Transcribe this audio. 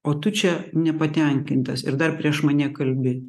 o tu čia nepatenkintas ir dar prieš mane kalbi